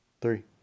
Three